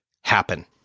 happen